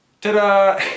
Ta-da